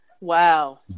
Wow